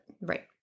Right